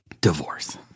divorce